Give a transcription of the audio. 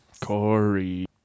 corey